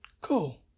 Cool